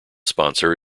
sponsor